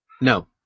No